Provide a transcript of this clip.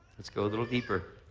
let's go a little deeper.